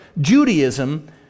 Judaism